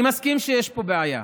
אני מסכים שיש פה בעיה,